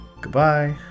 Goodbye